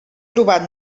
trobat